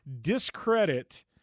discredit